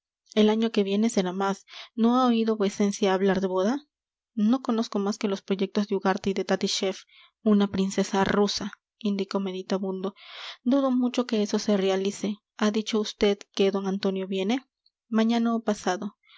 el año que viene será más no ha oído vuecencia hablar de boda no conozco más que los proyectos de ugarte y de tattischief una princesa rusa indicó meditabundo dudo mucho que eso se realice ha dicho vd que d antonio viene mañana o pasado